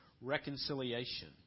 reconciliation